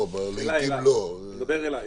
הוא מדבר אליי.